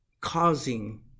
causing